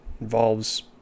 Involves